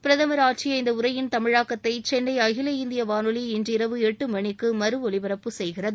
பிரதமர் ஆற்றிய இந்த உளரயின் தமிழாக்கத்தை சென்னை அகில இந்திய வானொலி இன்றிரவு எட்டு மணிக்கு மறுஒலிபரப்பு செய்கிறது